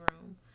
room